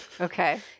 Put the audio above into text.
Okay